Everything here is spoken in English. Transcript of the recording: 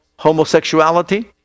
Homosexuality